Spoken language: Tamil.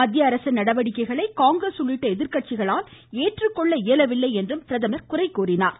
மத்திய அரசின் நடவடிக்கைளை காங்கிரஸ் உள்ளிட்ட எதிர்கட்சிகளால் ஏற்றுக்கொள்ள இயலவில்லை என்றும் அவர் குறை கூறினார்